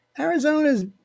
Arizona's